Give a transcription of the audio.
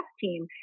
team